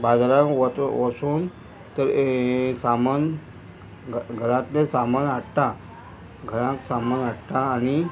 बाजारान वचून तर सामान घरांतलें सामान हाडटा घरांत सामान हाडटा आनी